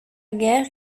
guerre